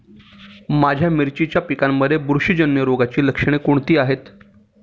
माझ्या मिरचीच्या पिकांमध्ये बुरशीजन्य रोगाची लक्षणे कोणती आहेत?